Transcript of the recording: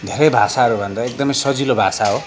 धेरै भाषाहरूभन्दा एकदमै सजिलो भाषा हो